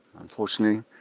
Unfortunately